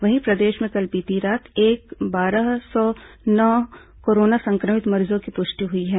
वहीं प्रदेश में कल बीती रात तक बारह सौ नौ कोरोना संक्रमित मरीजों की पुष्टि हुई थी